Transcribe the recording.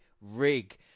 rig